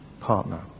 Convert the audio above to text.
partner